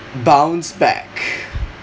bounce back